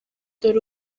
dore